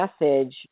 message